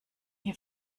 hier